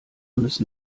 müssen